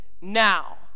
now